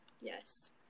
yes